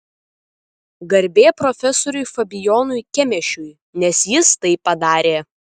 garbė profesoriui fabijonui kemėšiui nes jis tai padarė